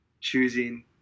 choosing